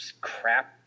crap